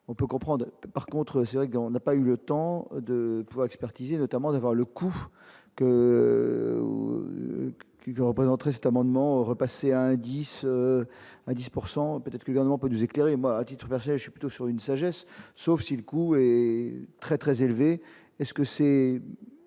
on peut comprendre, par contre c'est vrai que on a pas eu le temps de pour expertiser, notamment devant le coût que représenterait cette amendement repasser indice à 10 pourcent peut-être également peut nous éclairer moi à titre personnel, je suis plutôt sur une sagesse, sauf si le coût est très très élevé est-ce que c'est